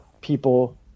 people